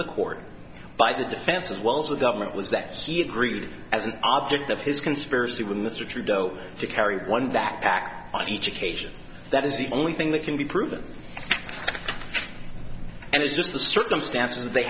the court by the defense as well as the government was that he agreed as an object of his conspiracy with mr trudeau to carry one backpack on each occasion that is the only thing that can be proven and it's just the circumstances they